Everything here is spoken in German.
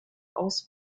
aus